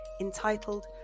entitled